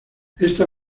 esta